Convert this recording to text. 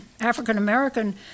African-American